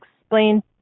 explain